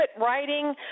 writing